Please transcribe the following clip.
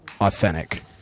authentic